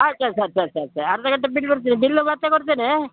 ಆಯ್ತು ಸರಿ ಸರಿ ಸರಿ ಸರಿ ಸರಿ ಅರ್ಧ ಗಂಟೆ ಬಿಟ್ಟು ಬರ್ತೇನೆ ಬಿಲ್ಲು ಮತ್ತೆ ಕೊಡ್ತೇನೆ